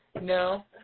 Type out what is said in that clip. No